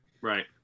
right